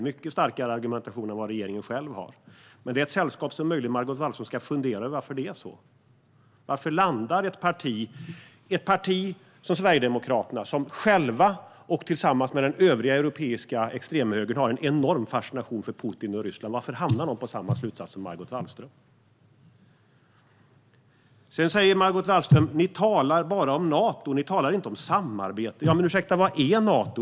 Han har en mycket starkare argumentation än vad regeringen själv har. Men Margot Wallström ska möjligen fundera över varför det är så. Varför landar ett parti som Sverigedemokraterna, som själva och tillsammans med den övriga europeiska extremhögern har en enorm fascination för Putin och Ryssland, i samma slutsats som Margot Wallström? Sedan säger Margot Wallström: Ni talar bara om Nato. Ni talar inte om samarbete. Ursäkta, men vad är Nato?